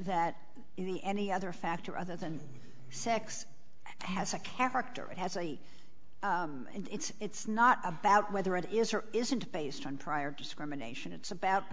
that any any other factor other than sex has a character it has a and it's not about whether it is or isn't based on prior discrimination it's about